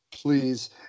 Please